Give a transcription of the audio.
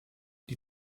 die